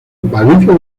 valencia